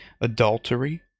adultery